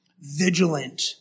vigilant